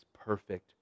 perfect